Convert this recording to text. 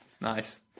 Nice